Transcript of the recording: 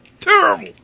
Terrible